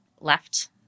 left